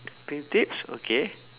shopping tips okay